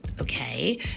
okay